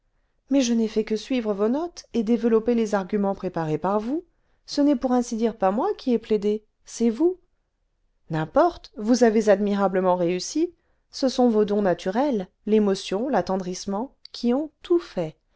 mais je n'ai fait que suivie vos notes et développer les arguments préparés par vous ce n'est pour ainsi dire pas moi qui ai plaidé c'est vous n'importe vous avez admirablement réussi ce sont vos dons naturels l'émotion l'attendrissement qui ont tout fait